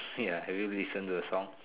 ya have you listened to the song